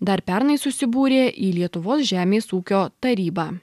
dar pernai susibūrė į lietuvos žemės ūkio tarybą